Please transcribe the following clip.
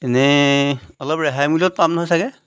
এনেই অলপ ৰেহাই মূল্যত পাম নহয় ছাগৈ